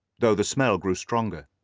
though the smell grew stronger.